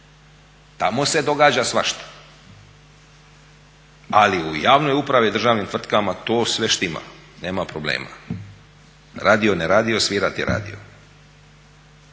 Tamo se događa svašta ali u javnoj upravi i državnim tvrtkama to sve štima, nema problema, radio ne radio svira ti radio.